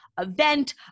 event